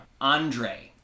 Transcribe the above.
Andre